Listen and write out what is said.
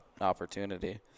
opportunity